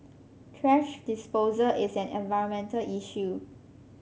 thrash disposal is an environmental issue